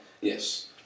Yes